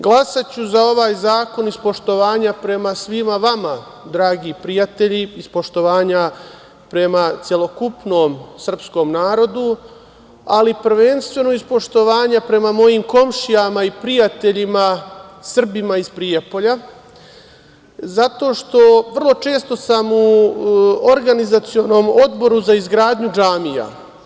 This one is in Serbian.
Glasaću za ovaj zakon iz poštovanja prema svima vama dragi prijatelji, iz poštovanja prema celokupnom srpskom narodu, ali prvenstveno iz poštovanja prema mojim komšijama i prijateljima Srbima iz Prijepolja, zato što sam vrlo često u organizacionom Odboru za izgradnju džamija.